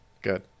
Good